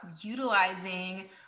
utilizing